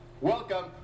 welcome